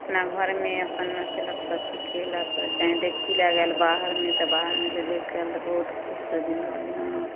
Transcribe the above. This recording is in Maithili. अपना घरमे अपन नँचलक सब चीज केलक ओसेही देखही गेल बाहरमे तऽ बाहरमे से देखके आयल तऽ बहुत खुश रहल जे हँ